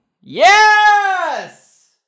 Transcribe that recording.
Yes